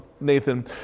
Nathan